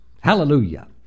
Hallelujah